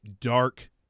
dark